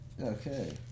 okay